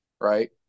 right